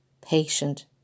patient